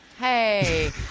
Hey